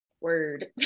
Word